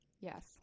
Yes